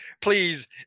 Please